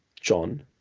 John